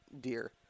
deer